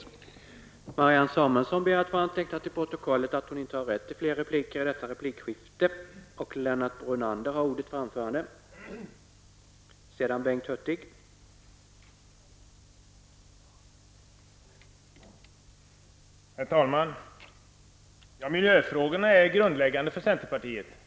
Samuelsson anhållit att till protokollet få antecknat att hon inte hade rätt till ytterligare replik.